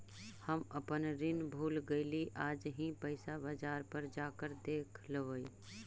हम अपन ऋण भूल गईली आज ही पैसा बाजार पर जाकर देखवई